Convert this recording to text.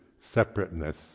separateness